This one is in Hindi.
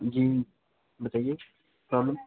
जी बताइए प्रॉब्लम